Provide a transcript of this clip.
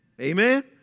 Amen